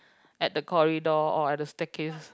at the corridor or at the staircase